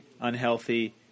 unhealthy